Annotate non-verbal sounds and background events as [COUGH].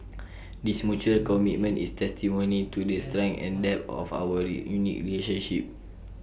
this mutual commitment is testimony to the strength and depth of our [UNINTELLIGIBLE] unique relationship